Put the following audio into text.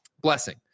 Blessing